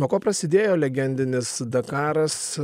nuo ko prasidėjo legendinis dakaras